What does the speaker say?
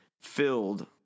filled